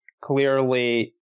Clearly